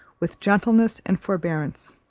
with gentleness and forbearance.